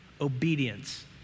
Obedience